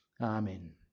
Amen